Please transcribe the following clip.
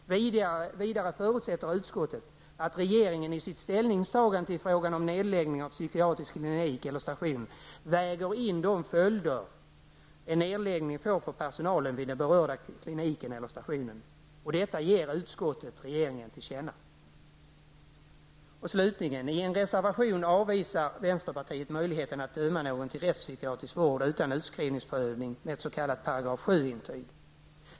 Vidare förutsätter utskottet att regeringen i sitt ställningstagande till frågan om nedläggning av psykiatrisk klinik eller station väger in de följder en nedläggning får för personalen vid den berörda kliniken eller stationen. Detta ger utskottet regeringen till känna. Slutligen: I en reservation avvisar vänsterpartiet möjligheten att med ett s.k. § 7-intyg döma någon till rättspsykiatrisk vård utan utskrivningsprövning.